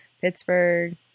pittsburgh